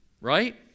Right